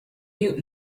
mute